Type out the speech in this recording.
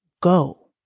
go